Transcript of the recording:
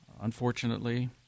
Unfortunately